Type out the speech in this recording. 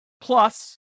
Plus